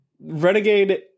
Renegade